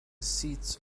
seats